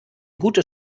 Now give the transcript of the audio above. gutes